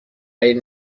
این